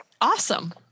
Awesome